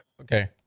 Okay